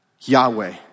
Yahweh